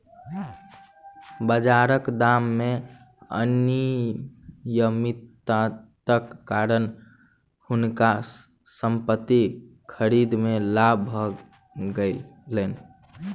बाजारक दाम मे अनियमितताक कारणेँ हुनका संपत्ति खरीद मे लाभ भ गेलैन